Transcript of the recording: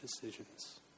decisions